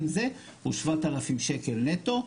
הוא 7,000 שקלים נטו.